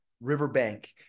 riverbank